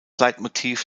leitmotiv